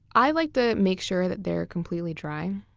i like to make sure that they are completely dry.